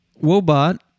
Wobot